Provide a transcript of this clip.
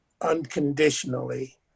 unconditionally